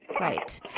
Right